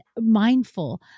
mindful